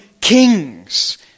kings